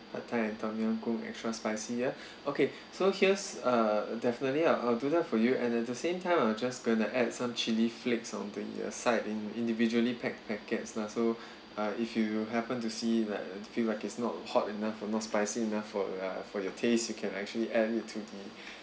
pad thai and tom yum goong extra spicy yeah okay so here's uh definitely I'll do that for you and at the same time I'm just gonna add some chilli flakes on uh aside in individually packed packets lah so uh if you happen to see like uh feel it's not hot enough or not spicy enough for your for your taste you can actually add it to